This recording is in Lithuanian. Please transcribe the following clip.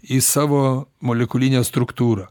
į savo molekulinę struktūrą